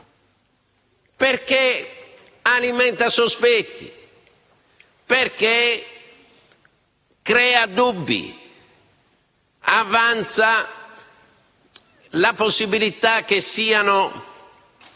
perché alimenta sospetti, crea dubbi, avanza la possibilità che siano